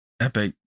Epic